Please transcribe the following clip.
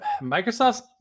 Microsoft